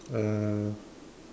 uh